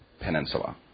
Peninsula